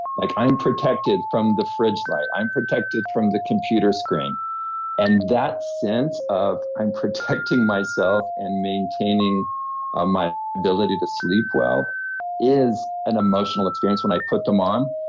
like i'm protected from the fridge light, i'm protected from the computer screen and that sense of i'm protecting myself and maintaining my ability to sleep well is an emotional experience when i put them on.